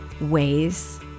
ways